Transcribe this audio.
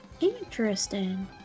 interesting